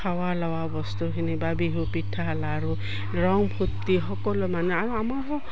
খাৱা লোৱা বস্তুখিনি বা বিহু পিঠা লাড়ু ৰং ফূ্ৰ্তি সকলো মানে আৰু আমাৰ